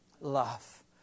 love